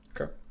Okay